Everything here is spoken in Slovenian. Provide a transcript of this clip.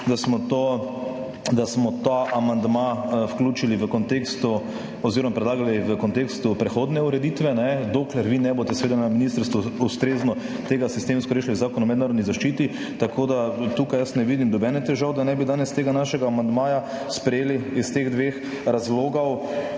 da smo ta amandma predlagali v kontekstu prehodne ureditve, dokler vi ne boste seveda na ministrstvu ustrezno tega sistemsko rešili v Zakonu o mednarodni zaščiti, tako da tukaj jaz ne vidim nobene težave, da ne bi danes tega našega amandmaja sprejeli iz teh dveh razlogov.